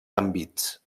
àmbits